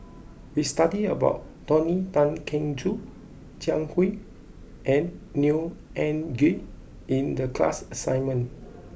we studied about Tony Tan Keng Joo Jiang Hu and Neo Anngee in the class assignment